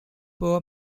poor